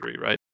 right